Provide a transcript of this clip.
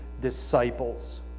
disciples